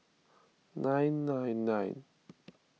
nine nine nine